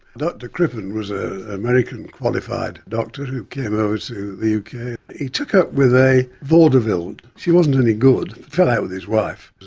dr crippen was an ah american qualified doctor who came over to the uk, he took up with a vaudeville she wasn't any good, fell out with his wife.